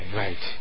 right